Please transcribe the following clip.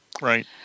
Right